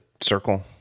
circle